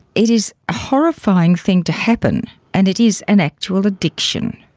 it is a horrifying thing to happen and it is an actual addiction.